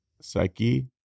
psyche